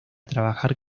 trabajar